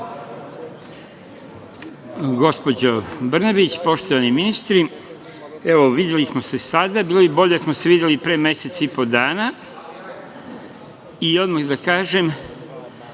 Brnabić, poštovani ministri, videli smo se sada, ali bilo bi bolje da smo se videli pre mesec i po dana. Odmah da kažem